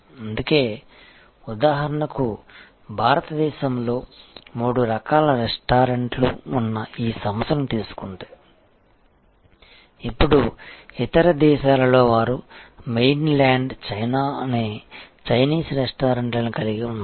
అందుకే ఉదాహరణకు భారతదేశంలో మూడు రకాల రెస్టారెంట్లు ఉన్న ఈ సంస్థను తీసుకుంటే ఇప్పుడు ఇతర దేశాలలో వారు మెయిన్ల్యాండ్ చైనా అనే చైనీస్ రెస్టారెంట్లను కలిగి ఉన్నారు